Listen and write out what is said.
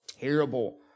terrible